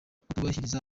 kutubahiriza